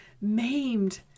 maimed